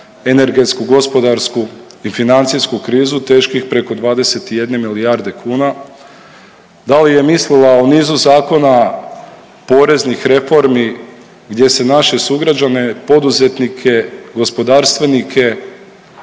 energetsku, gospodarsku i financijsku krizu teških preko 21 milijarde kuna? Da li je mislila o nizu zakona poreznih reformi gdje se naše sugrađane poduzetnike, gospodarstvenike